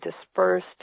dispersed